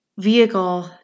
vehicle